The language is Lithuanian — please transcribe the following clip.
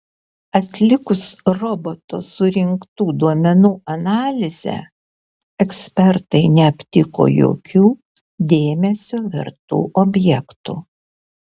atlikus roboto surinktų duomenų analizę ekspertai neaptiko jokių dėmesio vertų objektų